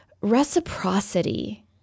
reciprocity